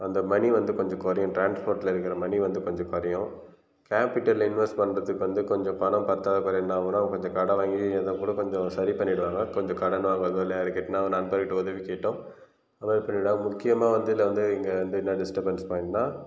அந்த மணி வந்து கொஞ்சம் குறையும் டிரான்ஸ்போர்ட்டில் இருக்கிற மணி வந்து கொஞ்சம் குறையும் கேப்பிட்டலில் இன்வெஸ்ட் பண்ணுறதுக்கு வந்து கொஞ்சம் பணம் பற்றாகுறையா இருந்தால் கூட கொஞ்சம் கடன் வாங்கி ஏதோ கூட கொஞ்சம் சரி பண்ணிவிடலாம் கொஞ்சம் கடன் வாங்கிறதோ இல்லை யார் கிட்டேயாவது நண்பர்களுகிட்ட உதவி கேட்டோ அதை மாதிரி பண்ணிவிடலாம் முக்கியமாக வந்து இதில் வந்து இங்கே வந்து என்ன டிஸ்டபென்ஸ் பாயிண்ட்ன்னால்